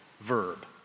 verb